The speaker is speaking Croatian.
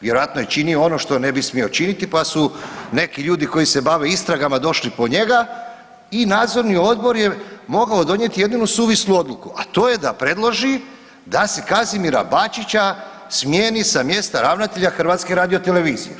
Vjerojatno je činio ono što ne bi smio činiti pa su neki ljudi koji se bave istragama došli po njega i nadzorni odbor je mogao donijeti jedinu suvislu odluku, a to je da predloži da se Kazimira Bačića smijeni sa mjesta ravnatelja HRT-a.